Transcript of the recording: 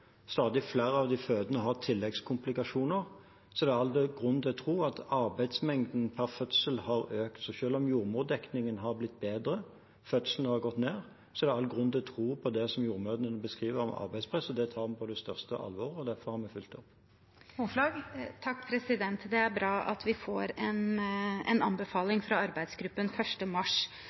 stadig flere av de fødende har tilleggskomplikasjoner, er det all grunn til å tro at arbeidsmengden per fødsel har økt. Så selv om jordmordekningen har blitt bedre og antallet fødsler har gått ned, er det all grunn til å tro på det som jordmødrene beskriver om arbeidspresset. Det tar vi på det største alvor, og derfor har vi fulgt det opp. Det er bra at vi får en anbefaling fra arbeidsgruppen 1. mars,